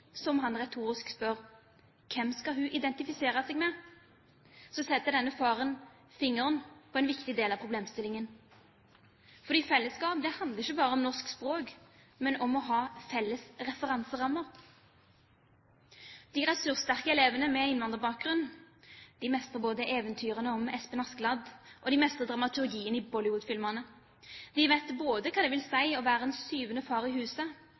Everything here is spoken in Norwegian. han retorisk spør hvem hun skal identifisere seg med, setter han fingeren på en viktig del av problemstillingen. Fellesskap handler ikke bare om norsk språk, men om å ha felles referanserammer. De ressurssterke elevene med innvandrerbakgrunn mestrer både eventyrene om Espen Askeladd og dramaturgien i Bollywood-filmene. De vet både hva det vil si å være «syvende far i huset»,